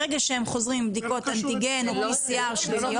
ברגע שהם חוזרים עם בדיקות אנטיגן או pcr שליליות.